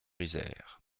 isère